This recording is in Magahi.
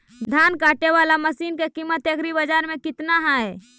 धान काटे बाला मशिन के किमत एग्रीबाजार मे कितना है?